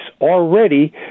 already